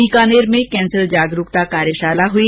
बीकानेर में कैंसर जागरूकता कार्यशाला हुई